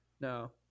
No